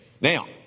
Now